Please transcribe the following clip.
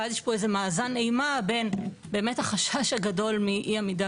ואז יש פה איזשהו מאזן אימה בין החשש הגדול מאי עמידה